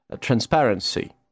transparency